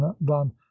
von